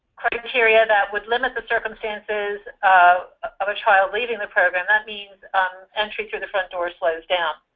criteria that would limit the circumstances of a child leaving the program, that means entry through the front door slows down.